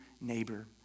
neighbor